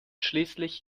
schließlich